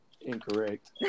incorrect